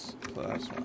plus